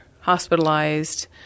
hospitalized